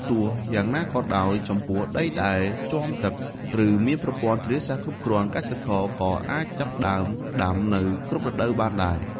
ទោះយ៉ាងណាក៏ដោយ ចំពោះដីដែលជាំទឹក ឬមានប្រព័ន្ធធារាសាស្រ្តគ្រប់គ្រាន់ កសិករក៏អាចចាប់ផ្តើមដាំនៅគ្រប់រដូវបានដែរ។